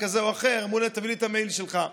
כזה או אחר אמרו להם: תביא לי את המייל שלך,